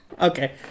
Okay